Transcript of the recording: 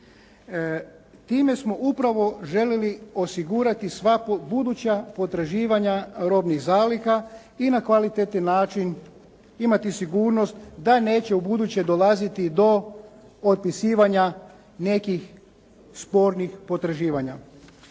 Time smo upravo željeli osigurati sva buduća potraživanja robnih zaliha i na kvalitetni način imati sigurnost da neće ubuduće dolaziti do otpisivanja nekih spornih potraživanja.